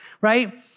right